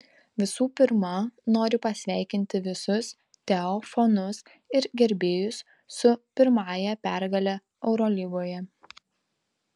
visų pirma noriu pasveikinti visus teo fanus ir gerbėjus su pirmąja pergale eurolygoje